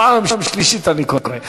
פעם שלישית אני קורא.